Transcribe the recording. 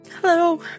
Hello